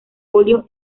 óleo